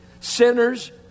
Sinners